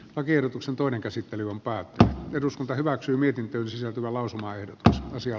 lakiehdotuksen toinen käsittely on päättänyt eduskunta hyväksyi mietintöön sisältyvä lausumaehdotus asian